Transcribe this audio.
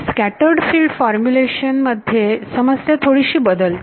scattered field formulation मध्ये समस्या थोडीशी बदलते